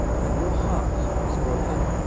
when your heart is broken,